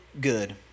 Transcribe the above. good